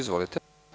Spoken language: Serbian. Izvolite.